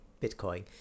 Bitcoin